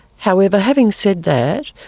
however, having said that,